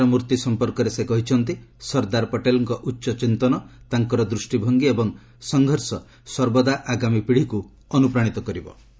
ଏକତାର ମୂର୍ତ୍ତି ସମ୍ପର୍କରେ ସେ କହିଛନ୍ତି ସର୍ଦ୍ଦାର ପଟେଲ୍ଙ୍କ ଉଚ୍ଚ ଚିନ୍ତନ ତାଙ୍କର ଦୃଷ୍ଟିଭଙ୍ଗୀ ଏବଂ ସଂଘର୍ଷ ସର୍ବଦା ଆଗାମୀ ପିଢ଼ିକୁ ଅନୁପ୍ରାଣିତ କରିବ